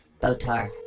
Botar